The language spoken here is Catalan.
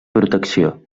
protecció